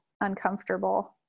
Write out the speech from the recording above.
uncomfortable